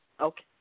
Okay